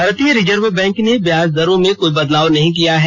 भारतीय reserve bank ने ब्याज दरों में कोई बदलाव नहीं किया है